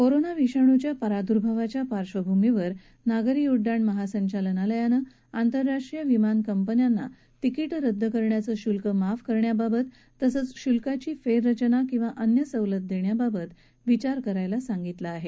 corona विषाणूच्या प्रादुर्भावाच्या पार्कभूमीवर नागरी उड्डाण महासंचालनालयानं आंतरराष्ट्रीय विमान कंपन्यांना तिकिचं रद्द करण्याचं शुल्क माफ करण्याबाबत तसंच शुल्काची फेररचना किंवा अन्य सवलत देण्याबाबत विचार करायला सांगितलं आहे